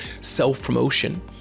Self-promotion